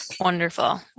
Wonderful